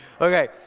Okay